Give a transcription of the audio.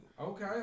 Okay